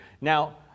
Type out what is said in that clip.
Now